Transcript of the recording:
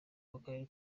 w’akarere